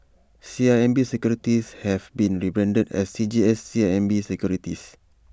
C I M B securities have been rebranded as C G S C I M B securities